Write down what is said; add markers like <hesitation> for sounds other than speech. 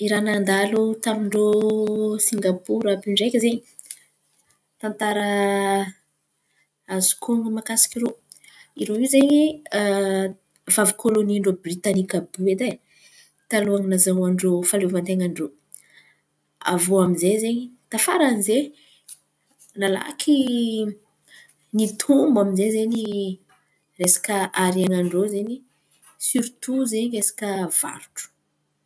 Irô nandalo tamin-drô Singapory àby iô ndraiky izen̈y, tantara azoko honon̈o mahakasika irô, irô izen̈y <hesitation> fa havy kôlônin-drô britanika àby iô edy ai, taloha nahazahoan-drô fahaleovantenan-drô. Avô amizay zen̈y, tafaran'izen̈y nalaky nitombo aminjay zen̈y resaky ny harenan-drô zen̈y sirto zen̈y resaka varotro.